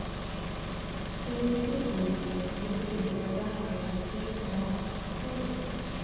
pansy फूल के धूप से बचा कर रखे पड़ा हई